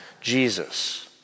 Jesus